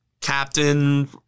Captain